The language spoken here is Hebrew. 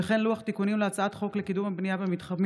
לוח תיקונים להצעת חוק לקידום הבנייה במתחמים